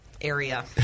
area